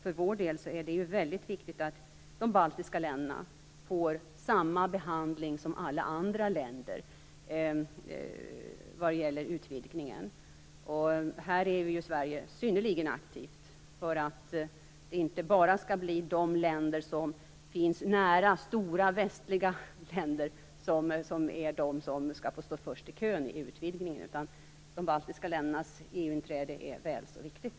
För vår del är det mycket viktigt att de baltiska länderna får samma behandling som alla andra länder när det gäller utvidgningen. Här är ju Sverige synnerligen aktivt för att det inte bara skall bli de länder som finns nära stora västliga länder som skall få stå först i kön i utvidgningen. De baltiska ländernas EU-inträde är väl så viktigt.